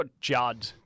Judd